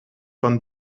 van